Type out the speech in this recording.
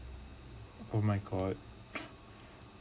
oh my god